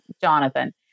jonathan